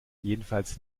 jedenfalls